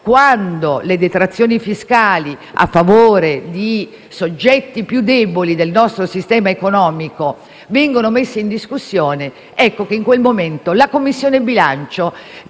Quando le detrazioni fiscali a favore di soggetti più deboli del nostro sistema economico vengono messe in discussione, ecco che in quel momento, la Commissione bilancio